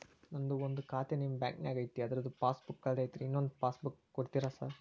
ನಂದು ಒಂದು ಖಾತೆ ನಿಮ್ಮ ಬ್ಯಾಂಕಿನಾಗ್ ಐತಿ ಅದ್ರದು ಪಾಸ್ ಬುಕ್ ಕಳೆದೈತ್ರಿ ಇನ್ನೊಂದ್ ಪಾಸ್ ಬುಕ್ ಕೂಡ್ತೇರಾ ಸರ್?